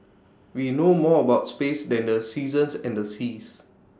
we know more about space than the seasons and the seas